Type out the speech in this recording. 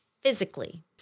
physically